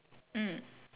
okay